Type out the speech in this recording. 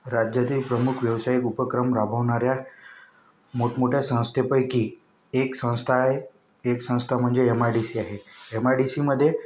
राज्यातील प्रमुख व्यवसायी उपक्रम राबवणाऱ्या मोठमोठ्या संस्थेपैकी एक संस्था आहे एक संस्था म्हणजे एम आय डी सी आहे एम आय डी सीमध्ये